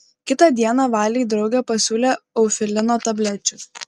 kitą dieną valei draugė pasiūlė eufilino tablečių